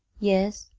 yes?